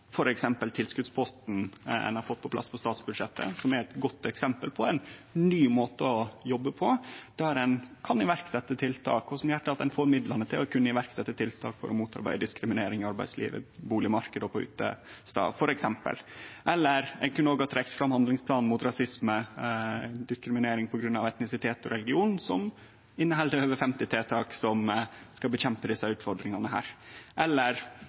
ein har fått på plass på statsbudsjettet, som er eit godt eksempel på ein ny måte å jobbe på, der ein kan setje i verk tiltak, og som gjer at ein får midlane til å kunne setje i verk tiltak for å motarbeide diskriminering i arbeidslivet, på bustadmarknaden og på utestadar, f.eks. Ein kunne òg ha trekt fram handlingsplanen mot rasisme og diskriminering på grunn av etnisitet og religion, som inneheld over 50 tiltak som skal kjempe mot desse utfordringane, eller